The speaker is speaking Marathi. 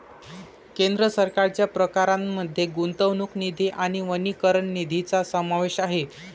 केंद्र सरकारच्या प्रकारांमध्ये गुंतवणूक निधी आणि वनीकरण निधीचा समावेश आहे